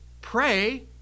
pray